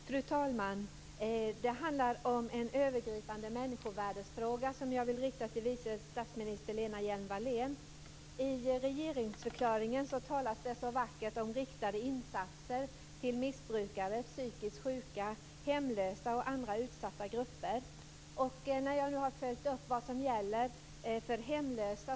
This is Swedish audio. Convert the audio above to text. Fru talman! Det handlar om en övergripande människovärdesfråga, som jag vill rikta till vice statsminister Lena Hjelm-Wallén. Det talas i regeringsförklaringen så vackert om riktade insatser till missbrukare, psykiskt sjuka, hemlösa och andra utsatta grupper. Jag har följt upp vad som gäller för hemlösa.